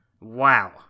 Wow